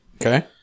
Okay